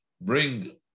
bring